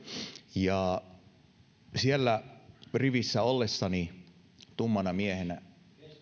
ja ollessani siellä rivissä tummana miehenä